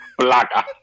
Placa